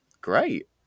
Great